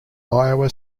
iowa